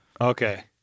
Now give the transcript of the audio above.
Okay